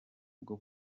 bwo